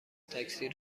تاکسی